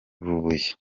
nyarubuye